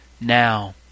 Now